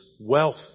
wealth